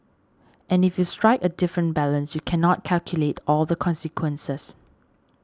and if you strike a different balance you cannot calculate all the consequences